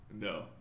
no